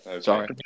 Sorry